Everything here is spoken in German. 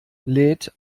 lädt